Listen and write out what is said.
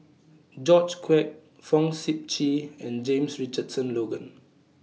George Quek Fong Sip Chee and James Richardson Logan